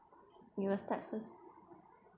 nearest type first